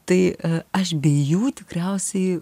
tai aš be jų tikriausiai